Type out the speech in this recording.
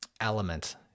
element